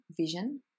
vision